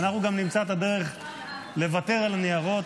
אנחנו גם נמצא את הדרך לוותר על הניירות,